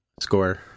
Score